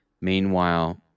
meanwhile